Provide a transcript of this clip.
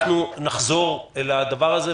אנחנו נחזור לדבר הזה.